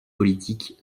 politiques